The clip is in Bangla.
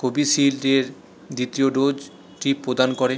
কোভিশিল্ডের দ্বিতীয় ডোজটি প্রদান করে